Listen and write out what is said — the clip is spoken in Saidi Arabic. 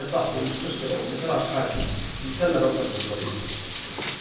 يا صاحبي مش مشكلة ومجراش حاجة هنتسلى برضك في الطريج